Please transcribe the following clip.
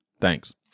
Thanks